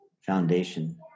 foundation